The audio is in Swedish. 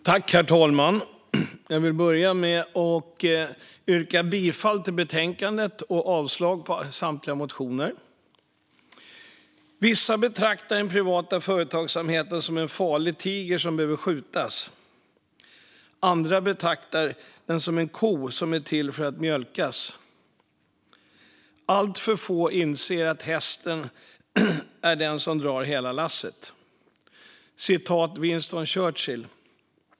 Herr talman! Jag vill börja med att yrka bifall till utskottets förslag i betänkandet och avslag på samtliga motioner. Vissa betraktar den privata företagsamheten som en farlig tiger som måste skjutas. Andra betraktar den som en ko som är till för att mjölkas. Alltför få inser att den är hästen som drar hela lasset. Winston Churchill.